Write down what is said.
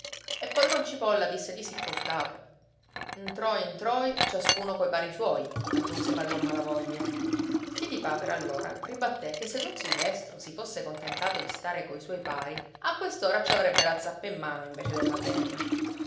e padron cipolla disse di sì col capo ntroi ntroi ciascuno coi pari suoi aggiunse padron malavoglia piedipapera allora ribatté che se don silvestro si fosse contentato di stare coi suoi pari a quest'ora ci avrebbe la zappa in mano invece della penna